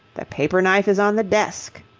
the paper-knife is on the desk.